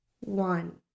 One